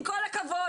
עם כל הכבוד.